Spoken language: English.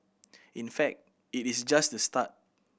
in fact it is just the start